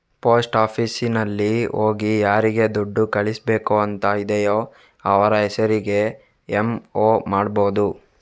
post ಆಫೀಸಿನಲ್ಲಿ ಹೋಗಿ ಯಾರಿಗೆ ದುಡ್ಡು ಕಳಿಸ್ಬೇಕು ಅಂತ ಇದೆಯೋ ಅವ್ರ ಹೆಸರಿಗೆ ಎಂ.ಒ ಮಾಡ್ಬಹುದು